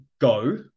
go